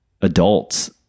adults